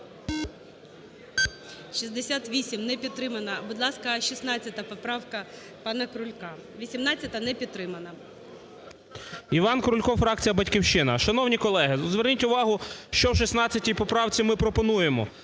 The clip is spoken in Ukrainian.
За-68 Не підтримано. Будь ласка, 16 поправка пана Крулька. 18-а не підтримана. 10:49:45 КРУЛЬКО І.І. Іван Крультко, фракція "Батьківщина". Шановні колеги, зверніть увагу, що в 16 поправці ми пропонуємо: